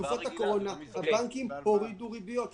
בתקופת הקורונה הבנקים הורידו ריביות,